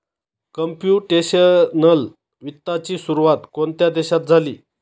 Computational वित्ताची सुरुवात कोणत्या देशात झाली?